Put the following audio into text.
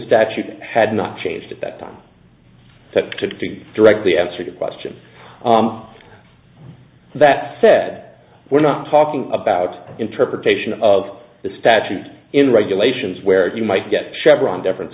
statute had not changed at that time to directly answer that question that said we're not talking about interpretation of the statutes in regulations where you might get chevron difference